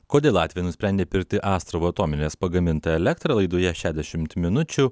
kodėl latviai nusprendė pirkti astravo atominės pagamintą elektrą laidoje šedešimt minučių